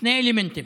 שני האלמנטים,